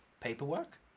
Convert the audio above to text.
paperwork